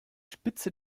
spitze